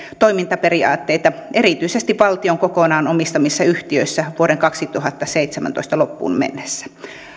toimintaperiaatteita erityisesti valtion kokonaan omistamissa yhtiöissä vuoden kaksituhattaseitsemäntoista loppuun mennessä